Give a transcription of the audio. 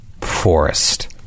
forest